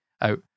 out